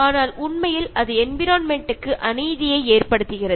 ஆனால் உண்மையில் அது என்விரான்மென்ட் க்கு அநீதியை ஏற்படுத்துகிறது